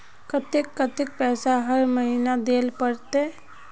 केते कतेक पैसा हर महीना देल पड़ते?